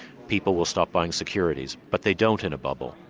people will stop buying securities, but they don't in a bubble.